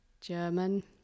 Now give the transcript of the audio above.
german